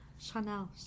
Chanel